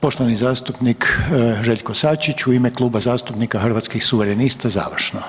Poštovani zastupnik Željko Sačić u ime Kluba zastupnika Hrvatskih suverenista završno.